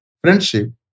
friendship